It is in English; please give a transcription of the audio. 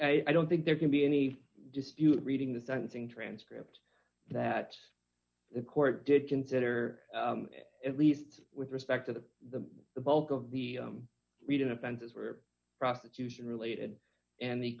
that i don't think there can be any dispute reading the sentencing transcript that the court did consider at least with respect to the the bulk of the reading offenses were prostitution related and the